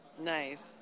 Nice